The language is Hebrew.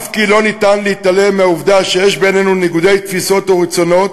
אף כי לא ניתן להתעלם מהעובדה שיש בינינו ניגודי תפיסות ורצונות,